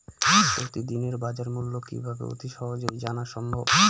প্রতিদিনের বাজারমূল্য কিভাবে অতি সহজেই জানা সম্ভব?